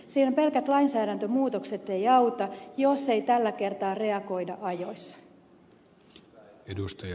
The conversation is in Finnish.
siinä pelkät lainsäädäntömuutokset eivät auta jos ei tällä kertaa reagoida ajoissa